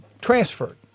transferred